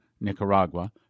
Nicaragua